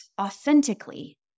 authentically